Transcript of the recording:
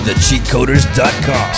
Thecheatcoders.com